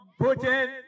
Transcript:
Putin